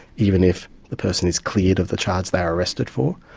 even if the person is cleared of the charge they are arrested for.